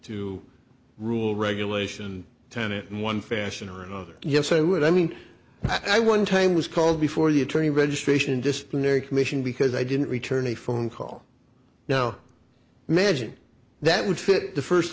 to rule regulation tenet in one fashion or another yes i would i mean i one time was called before the attorney registration displayer commission because i didn't return a phone call now imagine that would fit the first